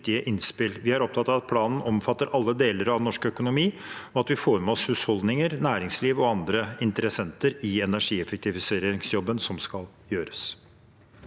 Vi er opptatt av at planen omfatter alle deler av norsk økonomi, og at vi får med oss husholdninger, næringsliv og andre interessenter i energieffektiviseringsjobben som skal gjøres.